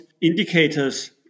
indicators